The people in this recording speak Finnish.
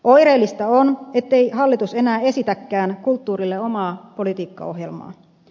oireellista on ettei hallitus enää esitäkään kulttuurille omaa politiikkaohjelmaa